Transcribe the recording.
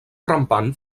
rampant